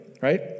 right